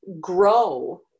grow